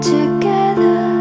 together